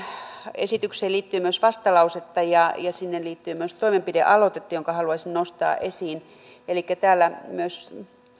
esitykseen liittyy myös vastalausetta ja sinne liittyy myös toimenpidealoitetta jonka haluaisin nostaa esiin elikkä täällä myös